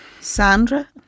Sandra